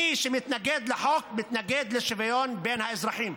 מי שמתנגד לחוק, מתנגד לשוויון בין האזרחים.